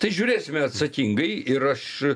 tai žiūrėsime atsakingai ir aš